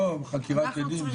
חקירת עדים,